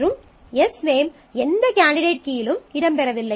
மற்றும் எஸ்நேம் எந்த கேண்டிடேட் கீயிலும் இடம்பெறவில்லை